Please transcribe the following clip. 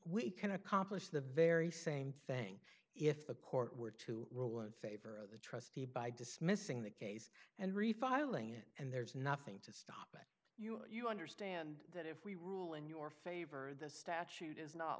we can accomplish the very same thing if the court were to rule in favor of the trustee by dismissing the case and refiling it and there's nothing to stop you understand that if we rule in your favor the statute is not